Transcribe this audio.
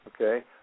Okay